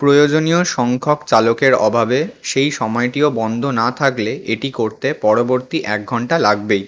প্রয়োজনীয় সংখ্যক চালকের অভাবে সেই সময়টিও বন্ধ না থাকলে এটি করতে পরবর্তী এক ঘন্টা লাগবেই